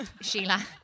Sheila